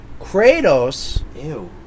Kratos